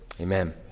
amen